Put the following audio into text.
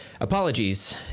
apologies